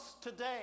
today